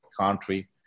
country